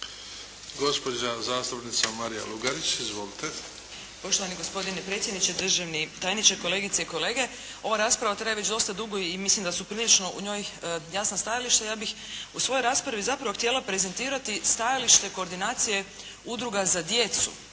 Gospođa zastupnica Marija Lugarić. Izvolite. **Lugarić, Marija (SDP)** Poštovani gospodine predsjedniče, državni tajniče, kolegice i kolege. Ova rasprava traje već dosta dugo i mislim da su prilično u njoj jasna stajališta. Ja bih u svojoj raspravi zapravo htjela prezentirati stajalište koordinacije udruga za djecu